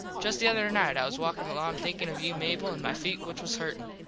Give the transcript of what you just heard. just the other night i was walkin along thinkin of you mable an my feet which was hurtin.